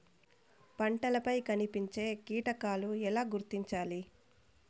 పంటలపై కనిపించే కీటకాలు ఎలా గుర్తించాలి?